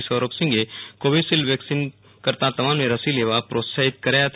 શ્રી સૌરભસિંઘે Covishield vaccination કરતાં તમામને રસી લેવા પ્રોત્સાહિત કર્યા હતા